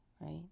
right